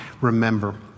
remember